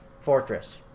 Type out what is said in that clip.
fortress